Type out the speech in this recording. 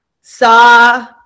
saw